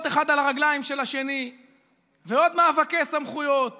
אחד על הרגליים של השני ועוד מאבקי סמכויות